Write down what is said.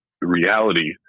reality